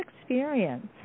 experience